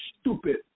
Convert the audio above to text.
stupid